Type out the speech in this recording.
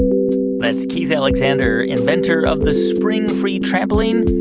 that's keith alexander, inventor of the springfree trampoline,